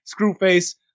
Screwface